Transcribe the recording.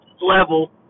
level